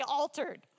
altered